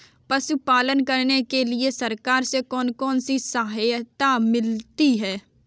पशु पालन करने के लिए सरकार से कौन कौन सी सहायता मिलती है